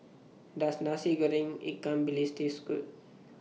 Does Nasi Goreng Ikan Bilis Taste Good